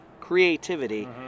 creativity